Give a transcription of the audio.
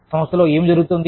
సంస్థలో ఏమి జరుగుతోంది